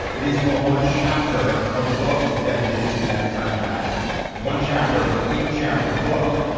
it is but one chapter of the book is dedicated to that entitled that one chapter of an eight chapter book.